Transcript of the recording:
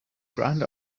grand